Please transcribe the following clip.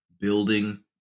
Building